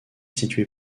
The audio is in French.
située